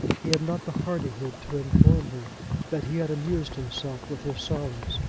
he had not the hardihood to inform her that he had amused himself with her sorrows,